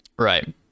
right